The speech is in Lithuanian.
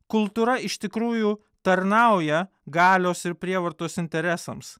kultūra iš tikrųjų tarnauja galios ir prievartos interesams